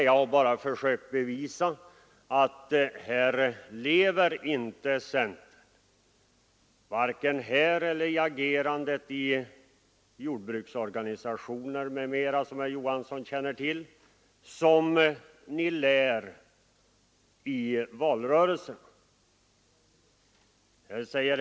Jag har bara försökt bevisa att varken här eller i agerandet inom jordbruksorganisationer m.m., som herr Johansson känner till, lever ni i centern som ni under valrörelserna lär.